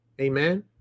Amen